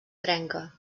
trenca